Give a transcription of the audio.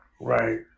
Right